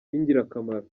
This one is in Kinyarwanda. y’ingirakamaro